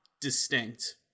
distinct